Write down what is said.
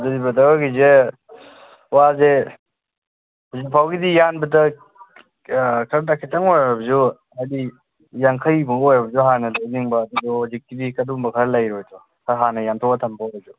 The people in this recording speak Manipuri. ꯑꯗꯨꯗꯤ ꯕ꯭ꯔꯗꯔ ꯍꯣꯏꯒꯤꯁꯦ ꯋꯥꯁꯦ ꯍꯧꯖꯤꯛ ꯐꯥꯎꯕꯒꯤꯗꯤ ꯌꯥꯟꯕꯗ ꯈꯔꯗꯪ ꯈꯤꯇꯪ ꯑꯣꯏꯔꯕꯁꯨ ꯍꯥꯏꯕꯗꯤ ꯌꯥꯡꯈꯩꯃꯨꯛ ꯑꯣꯏꯔꯕꯁꯨ ꯍꯥꯟꯅ ꯂꯩꯅꯤꯡꯕ ꯑꯗꯣ ꯍꯧꯖꯤꯛꯀꯤꯗꯤ ꯑꯗꯨꯒꯨꯝꯕ ꯈꯔ ꯂꯩꯔꯣꯏꯗ꯭ꯔꯣ ꯈꯔ ꯍꯥꯟꯅ ꯌꯥꯟꯊꯣꯛꯑꯒ ꯊꯝꯕ ꯑꯣꯏꯔꯁꯨ